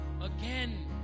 again